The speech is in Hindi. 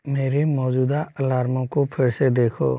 मेरे मौजूदा अलार्मों को फिर से देखो